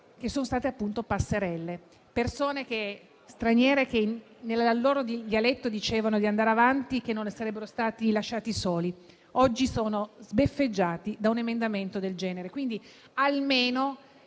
che sono state appunto passerelle: persone straniere che nel loro dialetto dicevano di andare avanti e che non ne sarebbero stati lasciati soli. Oggi sono sbeffeggiati da un emendamento del genere.